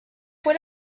fue